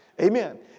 Amen